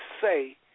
say